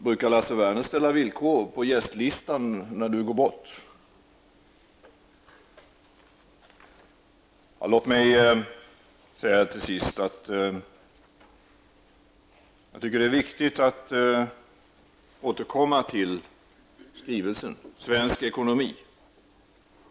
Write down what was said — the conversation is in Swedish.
Brukar Lars Werner ställa villkor på gästlistan när han går på besök? Det är viktigt att vi återkommer till skrivelsen Svensk ekonomi.